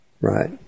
Right